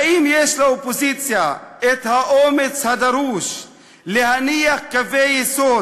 האם יש לאופוזיציה האומץ הדרוש להניח קווי יסוד